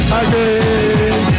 again